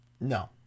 No